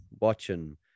watching